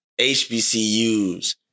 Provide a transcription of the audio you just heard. HBCUs